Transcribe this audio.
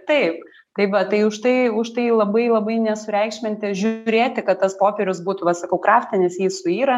taip tai va tai už tai už tai labai labai nesureikšminti žiūrėti kad tas popierius būtų va sakau kraftinis jis suyra